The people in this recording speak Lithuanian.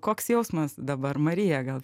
koks jausmas dabar marija gal